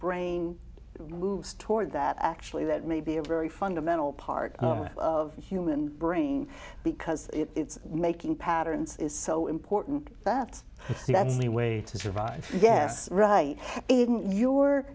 brain is toward that actually that may be a very fundamental part of human brain because it's making patterns is so important but that's only way to survive yes right if you